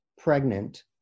pregnant